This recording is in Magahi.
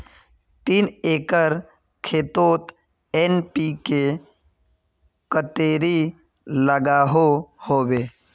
तीन एकर खेतोत एन.पी.के कतेरी लागोहो होबे?